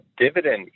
dividend